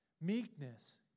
Meekness